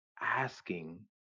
asking